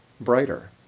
brighter